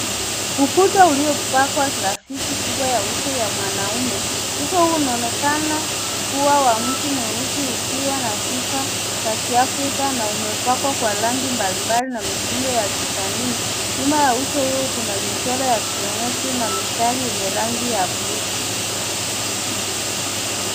Ukuta uliopakwa graffiti kubwa ya uso ya mwanaume. Uso huu unaonekana kuwa wa mtu mweusi ukiwa na sifa za Kiafrika na umepakwa kwa rangi mbalimbali na mitindo ya kijamii. Nyuma ya uso huu kuna michoro ya geometry na mistari yenye rangi ya bluu.